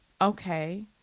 okay